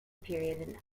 period